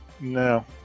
No